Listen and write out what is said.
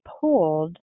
pulled